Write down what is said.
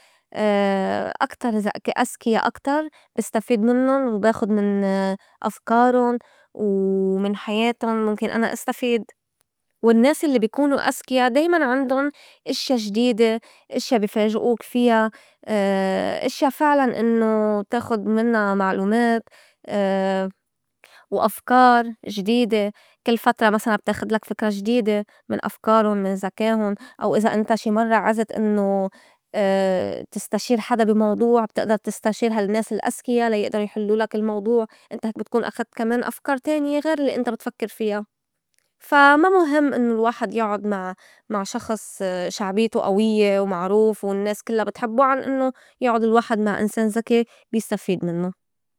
أكتر زك- أزكيا أكتر بستفيد منُّن وباخد من أفكارٌ و من حياةٌ مُمكن أنا أستفيد. والنّاس الّي بكونوا أزكيا دايماً عندُن إشيا جديدة، إشيا بي فاجأوك فيا، إشيا فعلاً إنّو بتاخُد منّا معلومات وأفكار جديدة كل فترة مسلاً بتا خدلك فكرة جديدة من أفكارٌ من زكاهُن. أو إذا انت شي مرّة عزت إنّو تستشير حدا بي موضوع بتئدر تستشير هالنّاس الأزكيا لا يئدرو يحللوك الموضوع، انت هيك بتكون أخدت كمان أفكار تانية غير الّي انت بتفكّر فيا. فا ما مُهم إنّو الواحد يعُد مع- مع شخص شعبيته قويّة ومعروف والنّاس كلّا بتحبّ عن إنّو يعُّد الواحد مع إنسان زكي و يستفيد منّو.